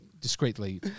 discreetly